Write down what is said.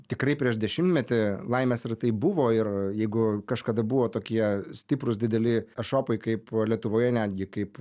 tikrai prieš dešimtmetį laimės ratai buvo ir jeigu kažkada buvo tokie stiprūs dideli ešopai kaip lietuvoje netgi kaip